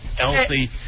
Elsie